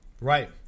Right